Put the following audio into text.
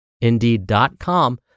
Indeed.com